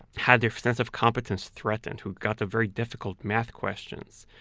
had their sense of competence threatened, who got the very difficult math questions,